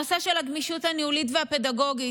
בנושא של הגמישות הניהולית והפדגוגית,